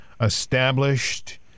established